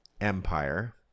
Empire